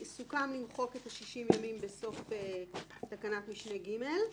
סוכם למחוק את ה-60 ימים בסוף תקנת משנה (ג).